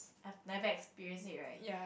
I've never experienced it right